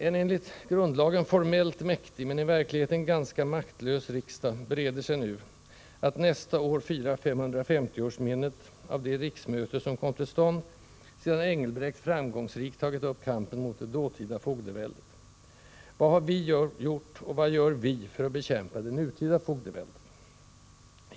En enligt grundlagen formellt mäktig, men i verkligheten ganska maktlös, riksdag bereder sig nu att nästa år fira 550-årsminnet av det riksmöte som kom till stånd sedan Engelbrekt framgångsrikt tagit upp kampen mot det dåtida fogdeväldet. Vad har vi gjort och vad gör vi för att bekämpa det nutida fogdeväldet?